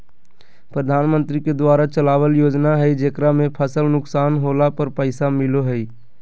प्रधानमंत्री के द्वारा चलावल योजना हइ जेकरा में फसल नुकसान होला पर पैसा मिलो हइ